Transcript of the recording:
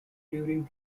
during